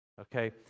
okay